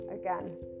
again